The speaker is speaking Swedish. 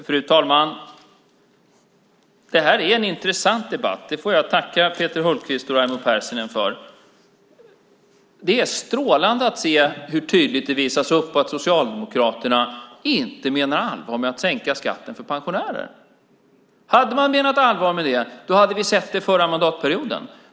Fru talman! Det här är en intressant debatt. Det får jag tacka Peter Hultqvist och Raimo Pärssinen för. Det är strålande att se hur tydligt det visas upp att Socialdemokraterna inte menar allvar med att sänka skatten för pensionärer. Hade man menat allvar med det hade vi sett det den förra mandatperioden.